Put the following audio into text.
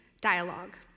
dialogue